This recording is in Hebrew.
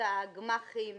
הגמ"חים